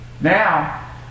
Now